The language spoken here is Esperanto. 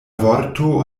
vorto